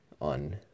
on